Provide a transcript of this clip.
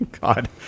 God